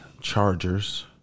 chargers